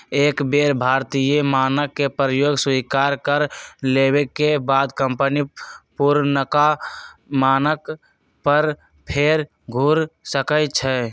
एक बेर भारतीय मानक के प्रयोग स्वीकार कर लेबेके बाद कंपनी पुरनका मानक पर फेर घुर सकै छै